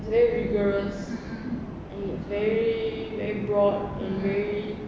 very rigorous very very broad and very